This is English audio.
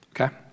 okay